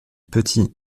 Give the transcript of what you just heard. petit